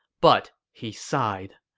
but he sighed,